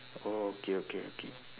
orh okay okay okay